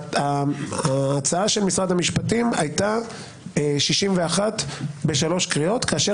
ההצעה של משרד המשפטים הייתה 61 בשלוש קריאות כאשר